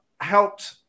helped